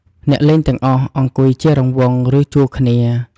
អ្នកលេងទាំងអស់អង្គុយជារង្វង់ ឬជួរគ្នា។